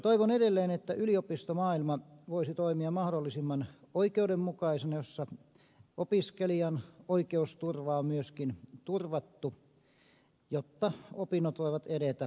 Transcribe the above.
toivon edelleen että yliopistomaailma voisi toimia mahdollisimman oikeudenmukaisena niin että opiskelijan oikeusturva on myöskin turvattu jotta opinnot voivat edetä tarkoituksenmukaisilla tavoilla